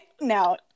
no